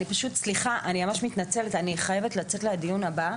סליחה, אני ממש מתנצלת, אני חייבת לצאת לדיון הבא.